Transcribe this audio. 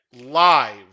live